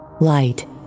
light